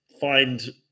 find